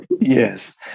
Yes